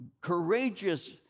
courageous